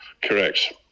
correct